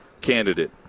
candidate